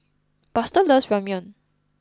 Buster loves Ramyeon